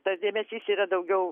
tas dėmesys yra daugiau